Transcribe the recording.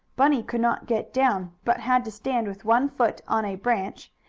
bunny could not get down, but had to stand with one foot on a branch,